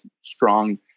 strong